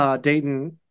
Dayton